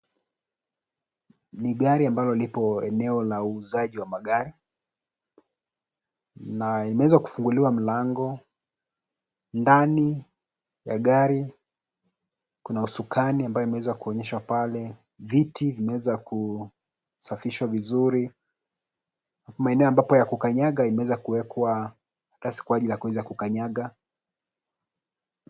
Ni gari ambalo lipo katika eneo la uuzaji wa magari na imeweza kufunguliwa mlango. Ndani ya gari kuna usukani ambayo imeweza kuonyeshwa pale. Viti vimeweza kusafishwa vizuri. Maeneo ambapo ya kukanyaga imeweza kuwekwa kwa ajili ya kukanyaga.